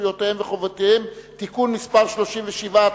זכויותיהם וחובותיהם (תיקון מס' 37),